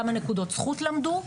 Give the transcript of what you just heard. כמה נקודות זכות קיבלו.